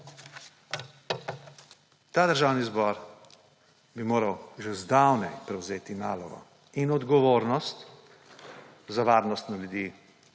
Državni zbor bi moral že zdavnaj prevzeti nalogo in odgovornost za varnost ljudi